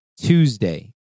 Tuesday